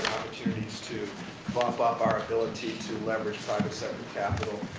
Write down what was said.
opportunities to bump up our ability to leverage private sector capital